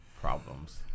problems